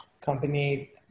company